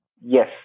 Yes